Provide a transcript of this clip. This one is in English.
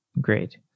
Great